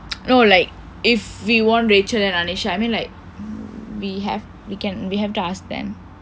no like if we want rachel and anisha I mean like we have we can we have to ask them